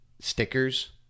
stickers